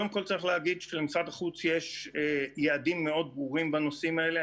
קודם כל צריך להגיד שלמשרד החוץ יש יעדים מאוד ברורים בנושאים האלה,